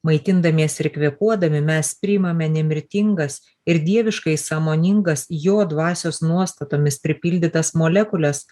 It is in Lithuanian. maitindamiesi ir kvėpuodami mes priimame nemirtingas ir dieviškai sąmoningas jo dvasios nuostatomis pripildytas molekules